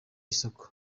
isoko